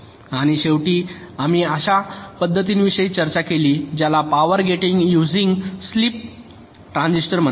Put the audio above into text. आणि शेवटी आम्ही अशा पद्धतीविषयी चर्चा केली ज्याला power gating using sleep transistor म्हणतात